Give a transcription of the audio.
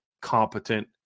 competent